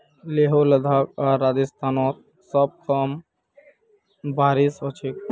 लेह लद्दाख आर राजस्थानत सबस कम बारिश ह छेक